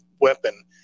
weapon